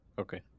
Okay